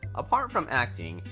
apart from acting,